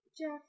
Jeff